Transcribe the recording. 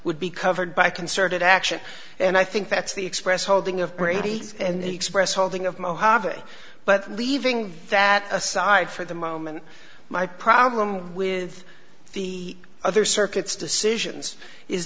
would be covered by concerted action and i think that's the express holding of brady and the express holding of mojave but leaving that aside for the moment my problem with the other circuits decisions is